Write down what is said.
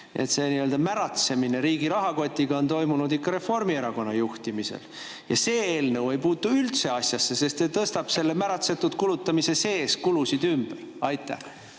See märatsemine riigi rahakotiga on toimunud ikka Reformierakonna juhtimisel. See eelnõu ei puutu üldse asjasse, sest see tõstab selle märatseva kulutamise sees kulusid ümber. Aitäh,